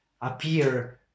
appear